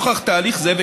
נוכח תהליך זה,